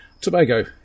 Tobago